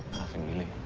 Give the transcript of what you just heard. nothing really.